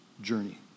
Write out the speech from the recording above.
journey